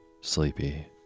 Sleepy